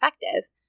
effective